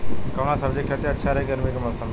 कवना सब्जी के खेती अच्छा रही गर्मी के मौसम में?